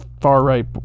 far-right